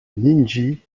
nijni